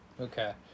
okay